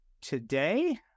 Today